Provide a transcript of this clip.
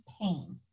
pain